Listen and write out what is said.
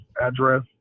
address